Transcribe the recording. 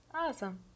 Awesome